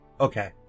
okay